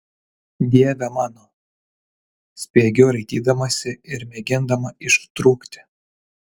dieve mano spiegiu raitydamasi ir mėgindama ištrūkti